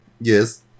Yes